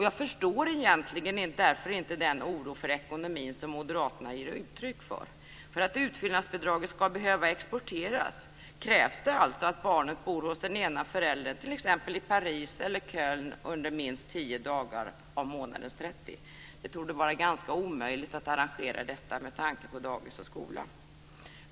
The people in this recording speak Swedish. Jag förstår egentligen därför inte den oro för ekonomin som Moderaterna ger uttryck för. För att utfyllnadsbidraget ska behöva exporteras krävs det alltså att barnet bor hos den ena föräldern t.ex. i Paris eller Köln under minst 10 dagar av månadens 30. Det torde vara ganska omöjligt att arrangera detta med tanke på dagis och skola.